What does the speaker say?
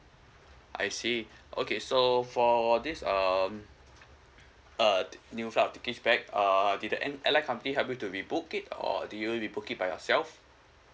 I see okay so for this um uh t~ new flight tickets back uh did that an~ airline company help you to be rebook it or did you rebook it by yourself